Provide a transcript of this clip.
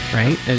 right